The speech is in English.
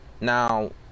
now